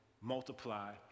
multiply